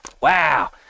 Wow